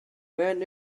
when